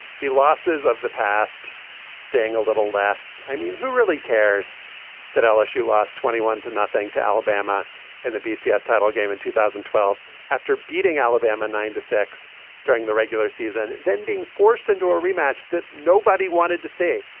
the losses of the past staying a little less i mean, who really cares that lsu lost twenty one to nothing to alabama and the bcse title game in two thousand and twelve after beating alabama nine to six during the regular season and then being forced into a rematch that nobody wanted to see?